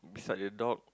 beside the dog